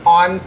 on